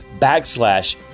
backslash